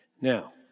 Now